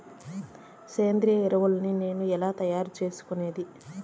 సేంద్రియ ఎరువులని నేను ఎలా తయారు చేసుకునేది?